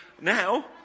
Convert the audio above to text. now